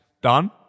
done